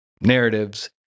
narratives